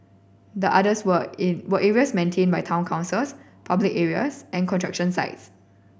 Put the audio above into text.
the others were in were areas maintained by town councils public areas and construction sites